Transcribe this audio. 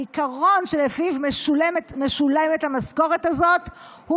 העיקרון שלפיו משולמת המשכורת הזאת הוא